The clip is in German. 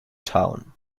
town